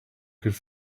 could